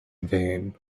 vain